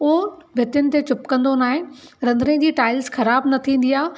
उहो भितियुनि ते चिपकंदो न आहे रंधिणे जी टाईल्स ख़राबु न थींदी आहे